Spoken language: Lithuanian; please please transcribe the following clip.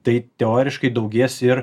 tai teoriškai daugės ir